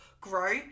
grow